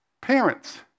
Parents